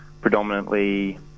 predominantly